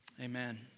amen